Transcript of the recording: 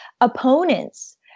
opponents